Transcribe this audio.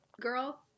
girl